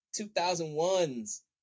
2001's